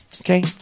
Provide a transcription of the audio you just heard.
okay